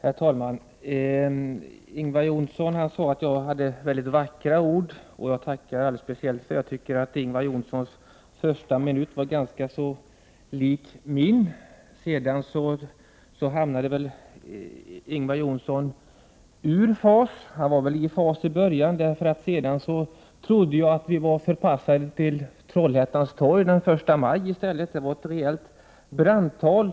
Herr talman! Ingvar Johnsson sade att jag använde vackra ord, och jag tackar för det. Jag tyckte att den första minuten i Ingvar Johnssons anförande var ganska lik mitt anförande. Han var i fas i början av sitt anförande, men sedan kom han ur fas. Då trodde jag nästan att vi var förpassade till Trollhättans torg den 1 maj, eftersom Ingvar Johnssons anförande då började likna ett brandtal.